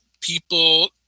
people